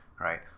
right